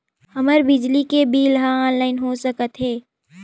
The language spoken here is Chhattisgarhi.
हमर बिजली के बिल ह ऑनलाइन हो सकत हे?